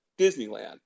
Disneyland